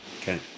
Okay